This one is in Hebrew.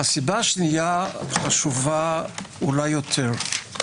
הסיבה השנייה חשובה אולי יותר.